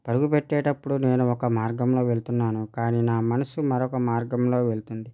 పరుగు పెట్టేటప్పుడు నేను ఒక మార్గంలో వెళ్తున్నాను కానీ నా మనసు మరొక మార్గంలో వెళ్తుంది